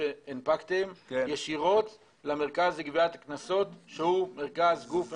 שהנפקתם ישירות למרכז לגביית קנסות שהוא גוף ממשלתי?